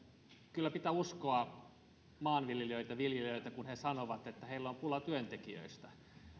kyllä pitää uskoa maanviljelijöitä kun he sanovat että heillä on pula työntekijöistä